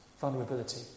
vulnerability